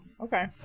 okay